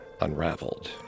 unraveled